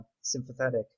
sympathetic